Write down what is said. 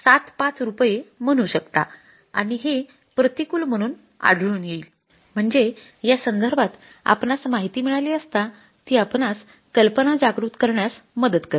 ७५ रुपये म्हणू शकता आणि हे प्रतिकूल म्हणून आढळून येईल म्हणजे या संदर्भात आपणास माहिती मिळाली असता ती आपणास कल्पना जागृत करण्यास मदत करेल